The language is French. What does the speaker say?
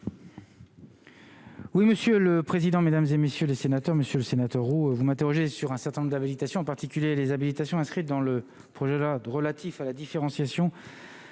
Oui, monsieur le président, Mesdames et messieurs les sénateurs, Monsieur le Sénateur, où vous m'interrogez sur un certain nombre de la végétation, en particulier les habitations inscrite dans le projet la relatif à la différenciation.